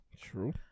True